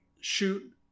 shoot